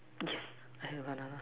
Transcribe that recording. yes